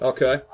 Okay